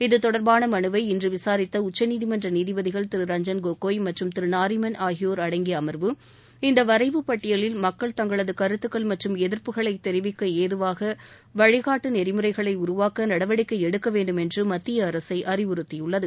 இத்தொடர்பான மனுவை இன்று விசாரித்த உச்சநீதிமன்ற நீதிபதிகள் திரு ரஞ்சன் கோகோய் மற்றும் திரு நாரிமன் ஆகியோர் அடங்கிய அமர்வு இந்த வரைவு பட்டியலில் மக்கள் தங்களது கருத்துக்கள் மற்றும் எதிர்ப்புகளை தெரிவிக்க ஏதுவாக வழிகாட்டு நெறிமுறைகளை உருவாக்க நடவடிக்கை எடுக்க வேண்டும் என்று மத்திய அரசை அறிவுறுத்தியுள்ளது